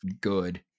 good